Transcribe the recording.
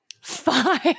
Five